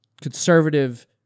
conservative